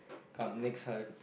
come next I'll